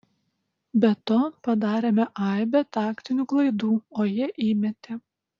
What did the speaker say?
be to padarėme aibę taktinių klaidų o jie įmetė